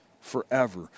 forever